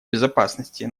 безопасности